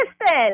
listen